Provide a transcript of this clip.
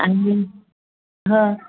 आणि